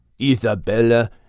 Isabella